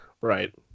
Right